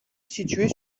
située